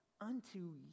unto